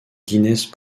guinness